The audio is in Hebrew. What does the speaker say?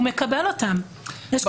הוא מקבל אותן.